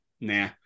nah